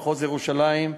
מחוז ירושלים,